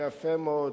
יפה מאוד.